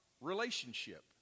relationship